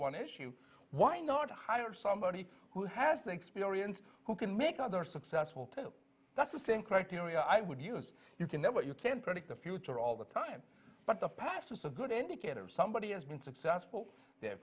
one issue why not hire somebody who has the experience who can make other successful too that's the thing criteria i would use you can get what you can't predict the future all the time but the past is a good indicative somebody has been successful they